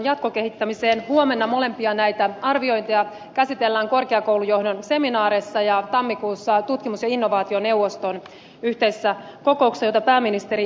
huomenna molempia näitä arviointeja käsitellään korkeakoulujohdon seminaarissa ja tammikuussa tutkimus ja innovaationeuvoston yhteisessä kokouksessa jota pääministeri vetää